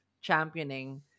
championing